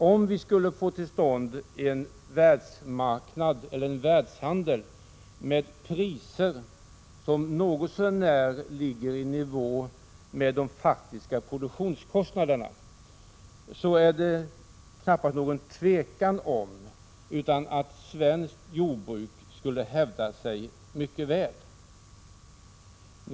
Om vi skulle få till stånd en världshandel med priser som något så när ligger i nivå med de faktiska produktionskostnaderna, råder det knappast något tvivel om att det svenska jordbruket skulle hävda sig mycket väl.